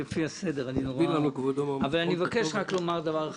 אני מבקש רק לומר דבר אחד: